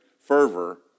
fervor